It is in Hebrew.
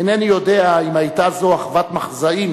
אינני יודע אם היתה זו אחוות מחזאים,